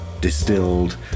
distilled